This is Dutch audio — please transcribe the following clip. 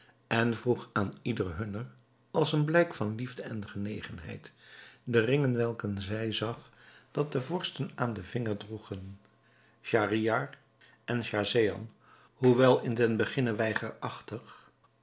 en vroeg aan ieder hunner als een blijk van liefde en genegenheid de ringen welke zij zag dat de vorsten aan den vinger droegen schahriar en schahzenan hoewel in den beginne